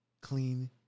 clean